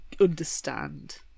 understand